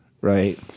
Right